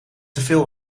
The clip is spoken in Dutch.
teveel